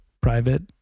private